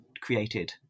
created